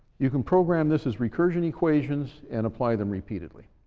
you can program this as recursion equations and apply them repeatedly.